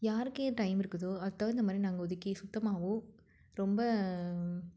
யாருக்கு டைம் இருக்குதோ அதுக்குத் தகுந்த மாதிரி நாங்கள் ஒதுக்கி சுத்தமாகவும் ரொம்ப